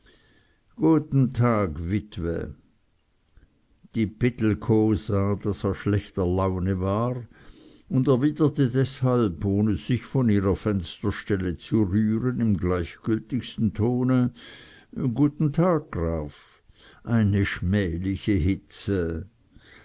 guten tag witwe die pittelkow sah daß er schlechter laune war und erwiderte deshalb ohne sich von ihrer fensterstelle zu rühren im gleichgültigsten tone guten tag graf eine schmähliche hitze